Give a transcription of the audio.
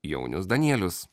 jaunius danielius